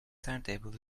timetable